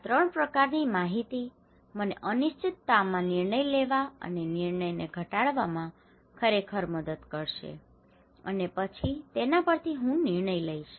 આ 3 પ્રકારની માહિતી મને અનિશ્ચિતતામાં નિર્ણય લેવા અને નિર્ણયને ઘટાડવામાં ખરેખર મદદ કરશે અને પછી તેના પરથી હું નિર્ણય લઈશ